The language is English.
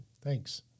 Thanks